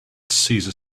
cesar